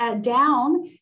down